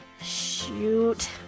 Shoot